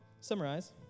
Summarize